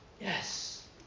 Yes